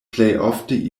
plejofte